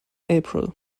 april